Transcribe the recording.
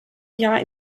jahr